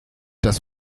das